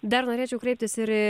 dar norėčiau kreiptis ir į